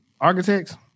architects